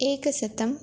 एकशतं